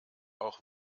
auch